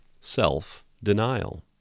Self-denial